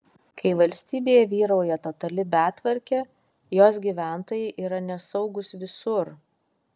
kai valstybėje vyrauja totali betvarkė jos gyventojai yra nesaugūs visur